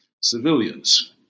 civilians